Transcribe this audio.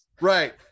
Right